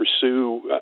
pursue